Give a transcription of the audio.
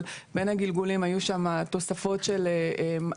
אבל בין הגלגולים היו שם תוספות של הרחבה